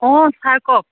অঁ ছাৰ কওক